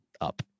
up